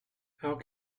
how